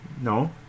No